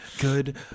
Good